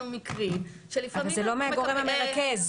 אבל זה לא מהגורם המרכז.